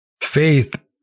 Faith